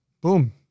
Boom